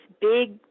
big